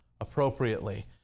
appropriately